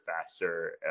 faster